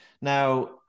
now